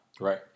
Right